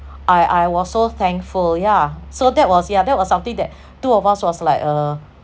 I I was so thankful yeah so that was yeah that was something that two of us was like uh